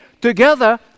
together